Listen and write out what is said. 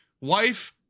Wife